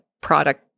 product